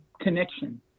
connection